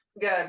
good